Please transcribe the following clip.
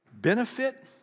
benefit